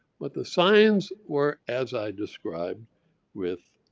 but the signs were as i described with